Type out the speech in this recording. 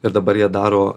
ir dabar jie daro